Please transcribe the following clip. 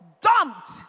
dumped